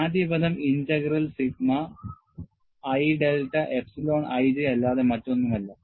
ആദ്യ പദം integral sigma ij delta epsilon ij അല്ലാതെ മറ്റൊന്നുമല്ല